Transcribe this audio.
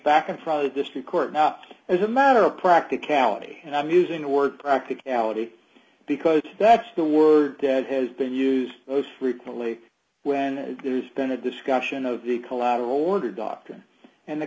back in front of district court as a matter of practicality and i'm using the word practicality because that's the word that has been used most frequently when there's been a discussion of the collateral order doctrine and the